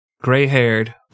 gray-haired